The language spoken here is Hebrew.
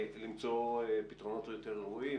למצוא פתרונות יותר ראויים.